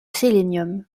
sélénium